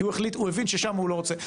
כי הוא החליט ששם הוא לא רוצה להיות.